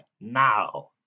now